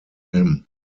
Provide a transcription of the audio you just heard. him